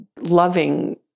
loving